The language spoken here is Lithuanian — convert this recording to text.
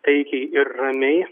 taikiai ir ramiai